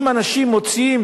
אם אנשים מוצאים,